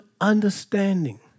understanding